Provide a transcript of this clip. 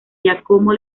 giacomo